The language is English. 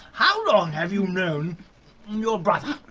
how long have you known your brother?